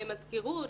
למזכירות,